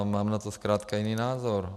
Mám na to zkrátka jiný názor.